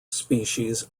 species